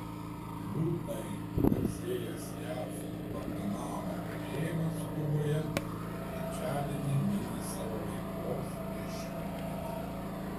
liūdnai pagarsėjęs jav gvantanamo kalėjimas kuboje trečiadienį mini savo veiklos dešimtmetį